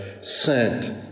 sent